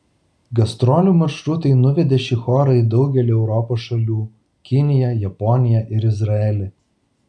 gastrolių maršrutai nuvedė šį chorą į daugelį europos šalių kiniją japoniją ir izraelį